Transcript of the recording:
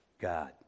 God